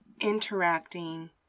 interacting